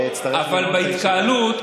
לפיכך, ההסתייגות לא התקבלה.